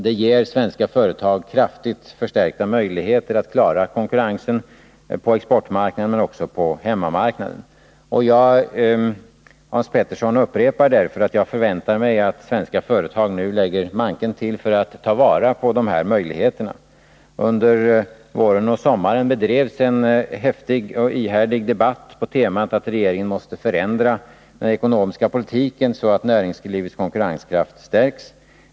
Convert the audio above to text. Det ger svenska företag kraftigt förstärkta möjligheter att klara konkurrensen på exportmarknaden men också på hemmamarknaden. Jag upprepar därför, Hans Petersson i Hallstahammar, att jag förväntar mig att svenska företag nu lägger manken till för att ta vara på dessa möjligheter. Under våren och sommaren bedrevs en häftig och ihärdig debatt om att regeringen måste förändra den ekonomiska politiken, så att näringslivets konkurrenskraft stärks.